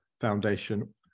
Foundation